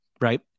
right